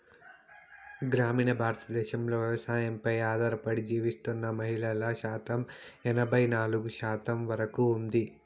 గ్రామీణ భారతదేశంలో వ్యవసాయంపై ఆధారపడి జీవిస్తున్న మహిళల శాతం ఎనబై నాలుగు శాతం వరకు ఉంది